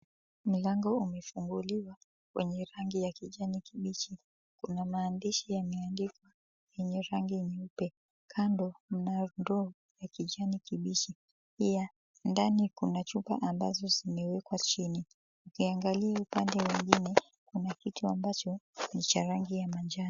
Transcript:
Mlango umefunguliwa wenye rangi ya kijani kibichi, kuna maandishi yameandikwa yenye rangi nyeupe, kando mna draw ya kijani kibichi pia ndani kuna chupa ambazo zimewekwa chini. Ukiangalia upande mwingine kuna kitu ambacho ni cha rangi ya manjano.